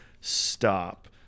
stop